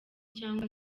cyangwa